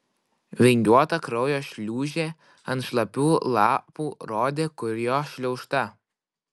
vingiuota kraujo šliūžė ant šlapių lapų rodė kur jo šliaužta